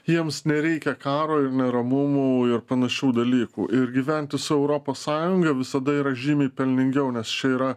jiems nereikia karo ir neramumų ir panašių dalykų ir gyventi su europos sąjunga visada yra žymiai pelningiau nes čia yra